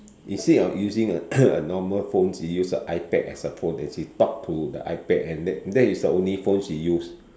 instead of using a a normal phone she use a i Pad as a phone and she talk to the i Pad and that is the only phone she use